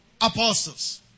apostles